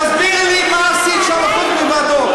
תסבירי לי מה עשית שם חוץ מוועדות.